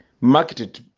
marketed